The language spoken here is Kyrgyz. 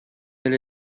эле